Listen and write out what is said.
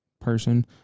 person